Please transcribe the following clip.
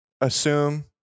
assume